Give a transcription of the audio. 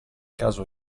caso